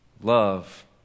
Love